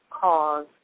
cause